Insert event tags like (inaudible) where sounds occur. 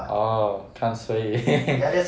orh 看谁赢 (laughs)